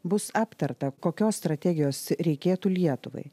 bus aptarta kokios strategijos reikėtų lietuvai